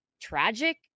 tragic